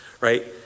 Right